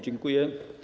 Dziękuję.